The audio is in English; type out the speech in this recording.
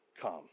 come